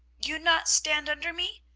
you not stand under me?